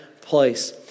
place